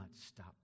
stop